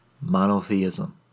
Monotheism